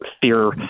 fear